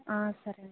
సరేనండి